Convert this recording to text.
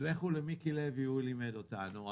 לכו למיקי לוי, הוא לימד אותנו.